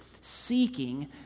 seeking